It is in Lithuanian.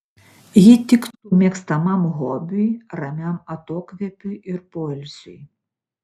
ji tiktų mėgstamam hobiui ramiam atokvėpiui ir poilsiui